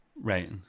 right